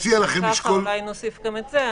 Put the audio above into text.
אולי נוסיף גם את זה.